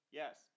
yes